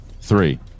three